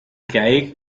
gleich